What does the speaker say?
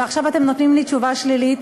ועכשיו אתם נותנים לי תשובה שלילית?